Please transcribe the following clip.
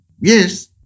Yes